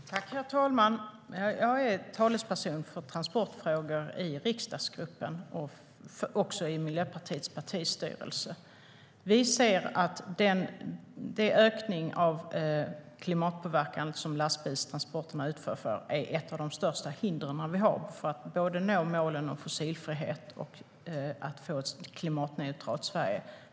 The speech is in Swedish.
Herr talman! Jag är talesperson för transportfrågor i riksdagsgruppen och i Miljöpartiets partistyrelse. Vi anser att den ökade klimatpåverkan som lastbilstransporterna står för är ett av de största hindren för att nå målen om fossilfrihet och att få ett klimatneutralt Sverige.